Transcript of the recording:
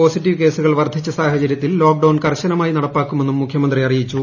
positive കേസുകൾ വർദ്ധിച്ച സാഹചരൃത്തിൽ ലോക്ഡൌൺ കർശനമായി നടപ്പാക്കുമെന്നും മുഖ്യമന്ത്രി അറിയിച്ചു